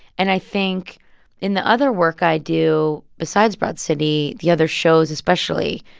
and i think in the other work i do besides broad city, the other shows especially,